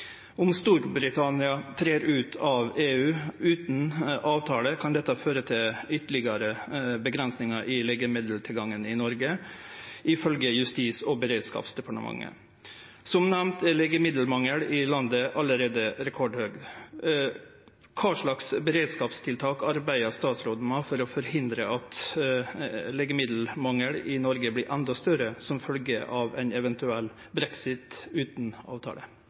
Om Storbritannia trer ut av EU utan ein avtale, kan det føre til ytterlegare avgrensingar i legemiddeltilgangen i Noreg, ifølgje Justis- og beredskapsdepartementet. Som nemnt er legemiddelmangelen i landet allereie rekordhøg. Kva slags beredskapstiltak arbeider statsråden med for å forhindre at legemiddelmangelen i Noreg vert endå større, som følgje av ein eventuell brexit utan ein avtale?